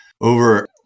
over